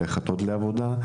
וללכת לעוד עבודה.